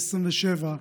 בן 27,